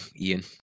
ian